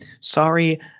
sorry